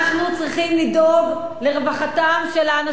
אנחנו צריכים לדאוג לרווחתם של האנשים.